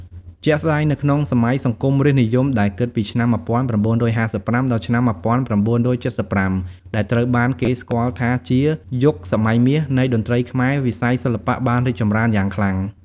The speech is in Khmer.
ជាក់ស្ដែងនៅក្នុងសម័យសង្គមរាស្ត្រនិយម ដែលគិតពីឆ្នាំ ១៩៥៥ ដល់ឆ្នាំ ១៩៧៥ ដែលត្រូវបានគេស្គាល់ថាជា "យុគសម័យមាស" នៃតន្ត្រីខ្មែរ វិស័យសិល្បៈបានរីកចម្រើនយ៉ាងខ្លាំង។